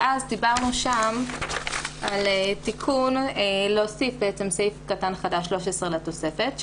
דיברנו שם על להוסיף סעיף קטן חדש לתוספת,